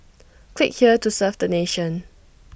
click here to serve the nation